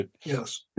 Yes